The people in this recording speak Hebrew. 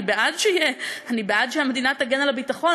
אני בעד שהמדינה תגן על הביטחון,